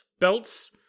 belts